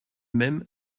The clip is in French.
même